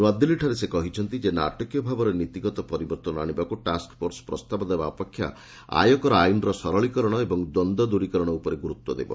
ନୂଆଦିଲ୍ଲୀଠାରେ ସେ କହିଛନ୍ତି ନାଟକୀୟ ଭାବରେ ନୀତିଗତ ପରିବର୍ତ୍ତନ ଆଣିବାକୁ ଟାସ୍କଫୋର୍ସ ପ୍ରସ୍ତାବ ଦେବା ଅପେକ୍ଷା ଆୟକର ଆଇନର ସରଳୀକରଣ ଓ ଦ୍ୱନ୍ଦ୍ୱ ଦୂରୀକରଣ ଉପରେ ଗୁରୁତ୍ୱ ଦେବ